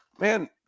Man